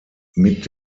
mit